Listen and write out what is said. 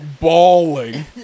bawling